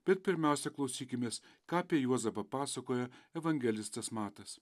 bet pirmiausia klausykimės ką apie juozapą pasakoja evangelistas matas